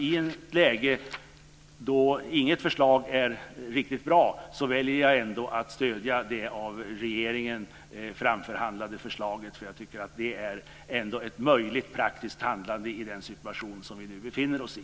I ett läge där inget förslag är riktigt bra väljer jag ändå att stödja det av regeringen framförhandlade förslaget. Jag tycker att det ändå är ett möjligt praktiskt handlande i den situation vi nu befinner oss i.